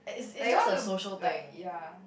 like you want to like ya